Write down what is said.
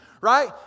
right